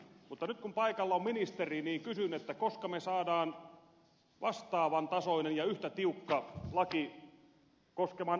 mutta nyt kun paikalla on ministeri niin kysyn koska me saamme vastaavantasoisen ja yhtä tiukan lain koskemaan alkoholia